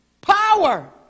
Power